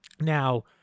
now